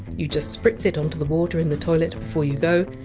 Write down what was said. you just spritz it onto the water in the toilet before you go,